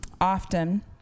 often